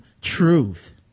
truth